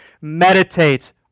meditate